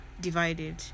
divided